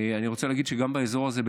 אני רוצה להגיד שגם באזור הזה,